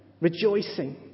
rejoicing